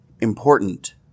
important